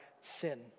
sin